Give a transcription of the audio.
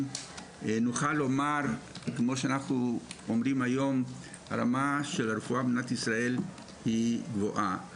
נוכל לומר כמו שאנחנו אומרים היום שרמת הרפואה במדינת ישראל היא גבוהה.